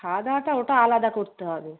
খাওয়া দাওয়াটা ওটা আলাদা করতে হবে